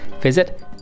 visit